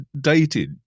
dated